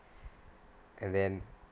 and then